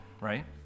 right